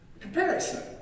Comparison